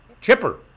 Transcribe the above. Chipper